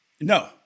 No